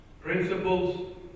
Principles